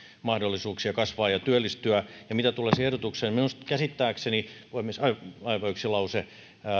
mahdollisuuksia kasvaa ja työllistyä ja mitä tulee siihen ehdotukseen minun käsittääkseni puhemies aivan yksi lause